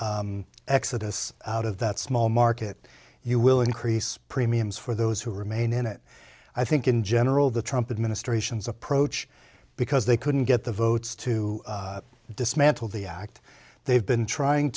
exodus out of that small market you will increase premiums for those who remain in it i think in general the trumpet ministrations approach because they couldn't get the votes to dismantle the act they've been trying